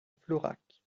florac